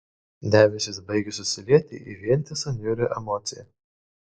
debesys baigė susilieti į vientisą niaurią emociją